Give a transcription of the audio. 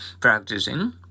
practicing